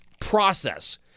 process